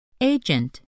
Agent